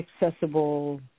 accessible